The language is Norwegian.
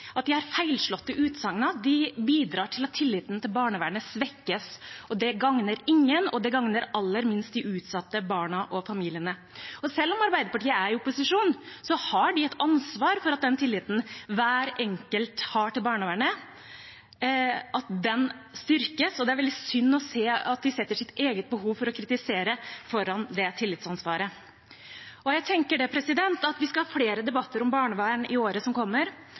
tilliten til barnevernet svekkes. Det gagner ingen, og det gagner aller minst de utsatte barna og familiene. Selv om Arbeiderpartiet er i opposisjon, har de et ansvar for at den tilliten hver enkelt har til barnevernet, styrkes. Det er veldig synd å se at de setter sitt eget behov for å kritisere foran det tillitsansvaret. Jeg tenker at vi skal ha flere debatter om barnevern i året som kommer,